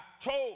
told